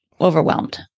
overwhelmed